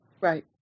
Right